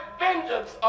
vengeance